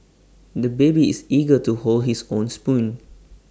the baby is eager to hold his own spoon